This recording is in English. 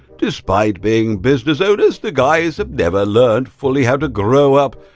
despite being business owners, the guys have never learned fully how to grow up.